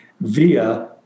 via